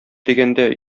дигәндә